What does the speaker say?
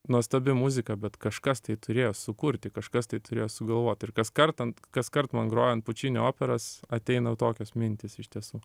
nuostabi muzika bet kažkas tai turėjo sukurti kažkas tai turėjo sugalvot ir kaskart ant kaskart man grojant pučinio operas ateina tokios mintys iš tiesų